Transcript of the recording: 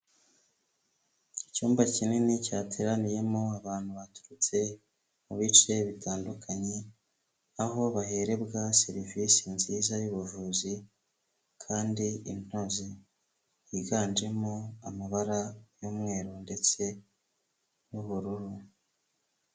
Icyumba kinini cyateraniyemo abantu baturutse mu bice bitandukanye, aho baherebwa serivisi nziza y'ubuvuzi kandi inoze, biganjemo amabara y'umweru ndetse n'ubururu.